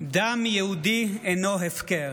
"דם יהודי אינו הפקר"